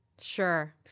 Sure